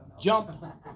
Jump